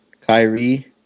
Kyrie